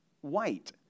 white